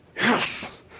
yes